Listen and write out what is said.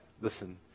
listen